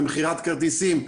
למכירת כרטיסים.